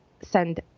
send